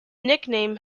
nickname